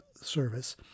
service